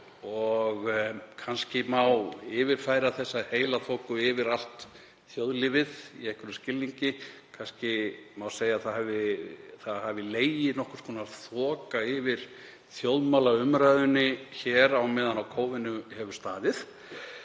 Kannski má yfirfæra þá eiginlegu þoku yfir á allt þjóðlífið í einhverjum skilningi. Kannski má segja að legið hafi nokkurs konar þoka yfir þjóðmálaumræðunni hér meðan á kófinu hefur staðið